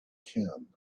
can